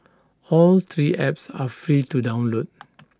all three apps are free to download